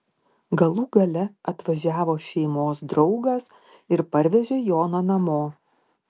galų gale atvažiavo šeimos draugas ir parvežė joną namo